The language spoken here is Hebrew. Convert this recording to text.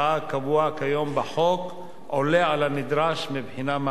כיום בחוק עולה על הנדרש מבחינה מעשית.